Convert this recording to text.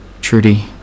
Trudy